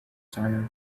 tired